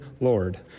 Lord